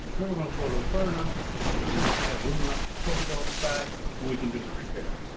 now we're going to pull it out far enough so that we we have room enough to tilt it on its back so we can do the repair.